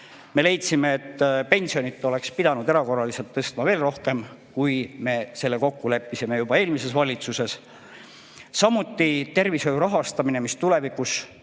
Me leidsime, et pensione oleks pidanud erakorraliselt tõstma veel rohkem, kui me selle kokku leppisime juba eelmises valitsuses. Samuti paistab tervishoiu rahastamine tulevikus